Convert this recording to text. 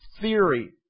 theory